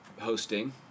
hosting